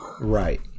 Right